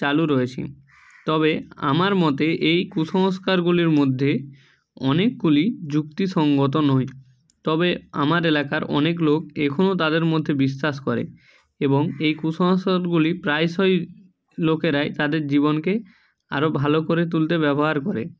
চালু রয়েছে তবে আমার মতে এই কুসংস্কারগুলির মধ্যে অনেকগুলি যুক্তিসঙ্গত নয় তবে আমার এলাকার অনেক লোক এখনও তাদের মধ্যে বিশ্বাস করে এবং এই কুসংস্কারগুলি প্রায়শই লোকেরাই তাদের জীবনকে আরও ভালো করে তুলতে ব্যবহার করে